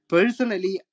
Personally